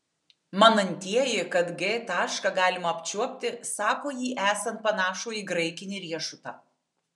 manantieji kad g tašką galima apčiuopti sako jį esant panašų į graikinį riešutą